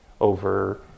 over